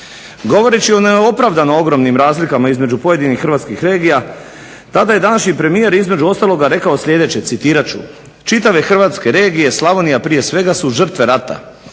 Govoreći o neopravdano ogromnim razlikama između pojedinih hrvatskih regija tada je današnji premijer između ostalog rekao sljedeće: "Čitave hrvatske regije Slavonija prije svega su žrtve rata,